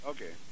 Okay